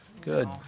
Good